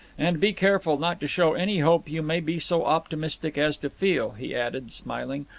and be careful not to show any hope you may be so optimistic as to feel, he added, smiling,